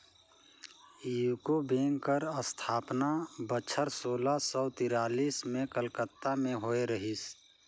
UCO bank कर असथापना बछर सोला सव तिरालिस में कलकत्ता में होए रहिस